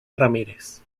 ramírez